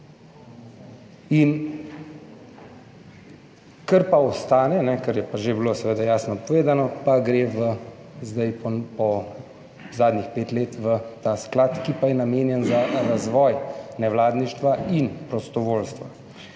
in kar pa ostane. Kar je pa že bilo seveda jasno povedano, pa gre v, zdaj po zadnjih pet let v ta sklad, ki pa je namenjen za razvoj nevladništva in prostovoljstva.